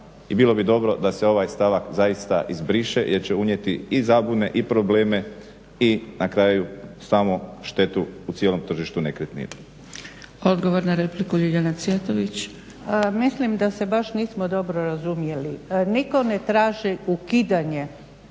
I bilo bi dobro da se ovaj stavak zaista izbriše jer će unijeti i zabune i probleme i na kraju samo štetu u cijelom tržištu nekretnina. **Zgrebec, Dragica (SDP)** Odgovor na repliku, Ljiljana Cvjetović. **Cvjetović, Ljiljana (HSU)** Mislim da se baš nismo dobro razumjeli. Nitko ne traži ukidanje